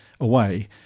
away